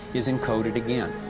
is encoded again.